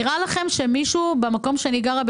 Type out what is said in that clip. נראה לכם שמישהו במקום שאני גרה,